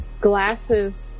glasses